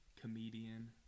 comedian